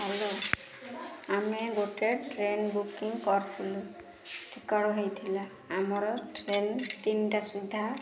hello ଆମେ ଗୋଟେ train booking କରିଥିଲୁ ଟିକେଟ୍ ହେଇଥିଲା ଆମର ଟ୍ରେନ ତିନିଟା ସୁଦ୍ଧା